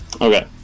Okay